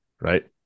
right